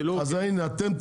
אז הנה חבר'ה,